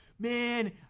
Man